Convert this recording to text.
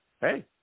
hey